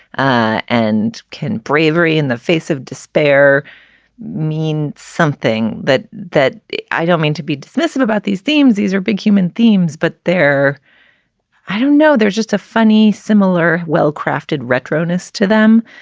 ah and can bravery in the face of despair mean something that that i don't mean to be dismissive about these themes. these are big human themes. but there i don't know. there's just a funny, similar, well-crafted, retro honest to them.